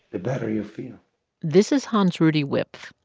the better you feel this is hansruedi wipf,